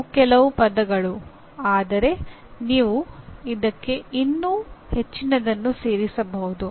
ಇವು ಕೆಲವು ಪದಗಳು ಆದರೆ ನೀವು ಇದಕ್ಕೆ ಇನ್ನೂ ಹೆಚ್ಚಿನದನ್ನು ಸೇರಿಸಬಹುದು